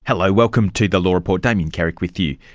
hello, welcome to the law report, damien carrick with you.